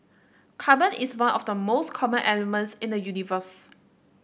carbon is one of the most common elements in the universe